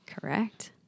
Correct